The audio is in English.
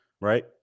Right